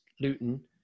Luton